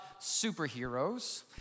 superheroes